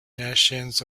nations